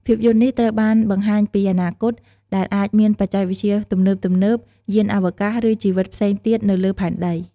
ភាពយន្តនេះត្រូវបានបង្ហាញពីអនាគត ដែលអាចមានបច្ចេកវិទ្យាទំនើបៗ យានអវកាស ឬជីវិតផ្សេងទៀតនៅលើផែនដី ។